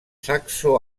saxo